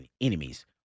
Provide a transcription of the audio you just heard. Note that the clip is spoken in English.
enemies